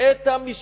את המשפחה.